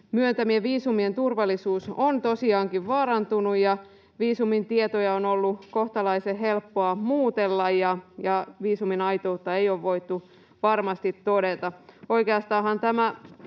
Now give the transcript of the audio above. myöntämien viisumien turvallisuus on tosiaankin vaarantunut ja viisumin tietoja on ollut kohtalaisen helppoa muutella ja viisumin aitoutta ei ole voitu varmasti todeta.